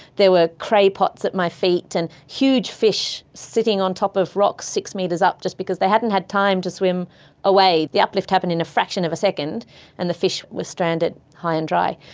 there were cray pots at my feet and huge fish sitting on top of rocks six metres up just because they hadn't had time to swim away. the uplift happened in a fraction of a second and the fish were stranded high and dry.